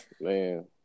man